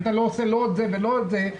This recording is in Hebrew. אם אתה לא עושה לא את זה ולא את זה,